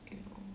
you know